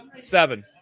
Seven